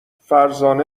فرزانه